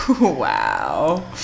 Wow